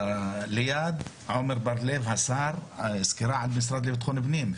ליד עמר בר לב נתן סקירה על המשרד לביטחון פנים,